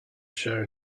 show